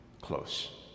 close